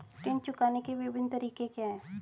ऋण चुकाने के विभिन्न तरीके क्या हैं?